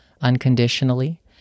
unconditionally